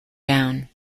down